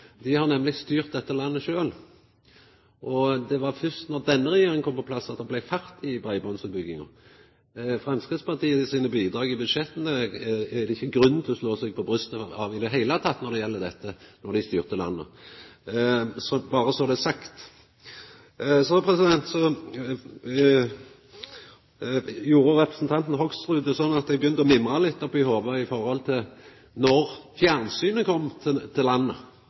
dei kjekkar seg sånn: Dei har nemleg styrt dette landet sjølve, og det var først då denne regjeringa kom på plass, at det blei fart i breibandsutbygginga. Framstegspartiet sine bidrag i budsjetta er det ikkje grunn til å slå seg på brystet av i det heile når det gjeld dette, då dei styrte landet – berre så det er sagt. Så gjorde representanten Hoksrud at eg begynte å mimra litt oppe i hovudet om då fjernsynet kom til landet.